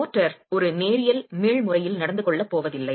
mortar ஒரு நேரியல் மீள் முறையில் நடந்து கொள்ளப் போவதில்லை